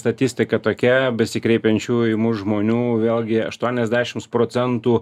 statistika tokia besikreipiančiųjų į mus žmonių vėlgi aštuoniasdešims procentų